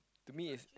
to me is